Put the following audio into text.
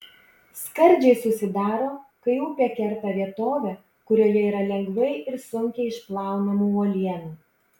skardžiai susidaro kai upė kerta vietovę kurioje yra lengvai ir sunkiai išplaunamų uolienų